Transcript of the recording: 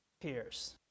peers